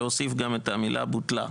להוסיף גם את המילה "בוטלה".